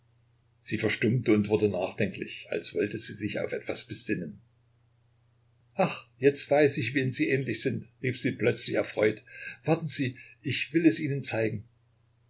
sie verstummte und wurde nachdenklich als wollte sie sich auf etwas besinnen ach jetzt weiß ich wem sie ähnlich sind rief sie plötzlich erfreut warten sie ich will es ihnen zeigen